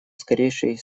скорейший